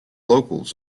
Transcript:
locals